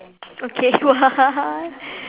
okay what